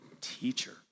teacher